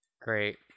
Great